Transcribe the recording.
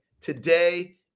Today